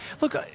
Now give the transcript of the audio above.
Look